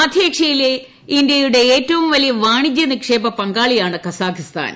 മധ്യേഷ്യയിലെ ഇന്ത്യയുടെ ഏറ്റവും വലിയ വാണിജ്യ നിക്ഷേപ പങ്കാളിയാണ് കസാഖിസ്ഥാൻ